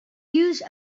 use